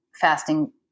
fasting